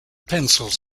pencils